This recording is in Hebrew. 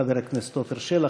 חבר הכנסת עפר שלח,